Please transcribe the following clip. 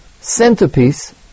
centerpiece